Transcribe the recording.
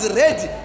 ready